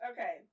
Okay